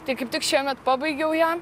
tai kaip tik šiemet pabaigiau ją